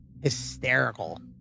hysterical